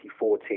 2014